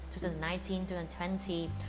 2019-2020